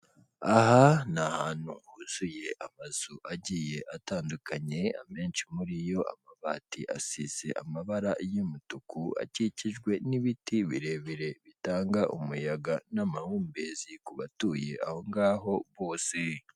Aha ni ahantu huzuye amazu agiye atandukanye, amenshi muri yo amabati asize amabara y'umutuku, akikijwe n'ibiti birebire bitanga umuyaga n'amahumbezi ku batuye aho ngaho bose.